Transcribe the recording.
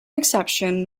exception